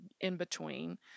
in-between